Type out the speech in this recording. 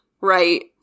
right